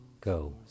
Go